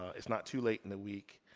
it's not too late in the week.